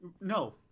no